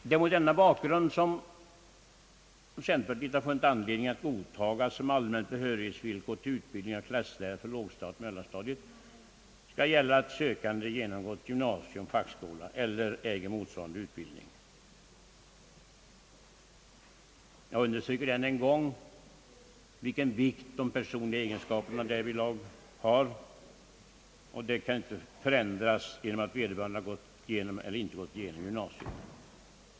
Det är mot denna bakgrund som cen terpartiet funnit anledning godtaga att som allmänt behörighetsvillkor för utbildning av klasslärare för lågstadiet skall gälla att sökande genomgått gymnasium, en fackskola eller äger motsvarande utbildning. Jag understryker än en gång vilken vikt de personliga egenskaperna därvidlag har, och det kan inte förändras genom att vederbörande gått igenom eller inte gått igenom gymnasium.